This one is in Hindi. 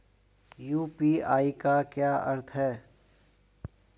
यू.पी.आई का क्या अर्थ है?